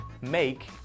Make